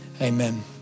Amen